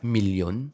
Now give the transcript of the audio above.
Million